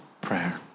prayer